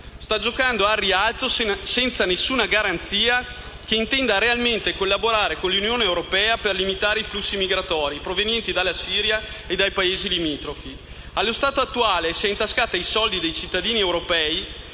sta giocando al rialzo senza nessuna garanzia che intenda realmente collaborare con l'Unione europea per limitare i flussi migratori provenienti dalla Siria e dai Paesi limitrofi. Allo stato attuale, la Turchia si è intascata i soldi dei cittadini europei,